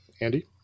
Andy